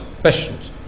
questions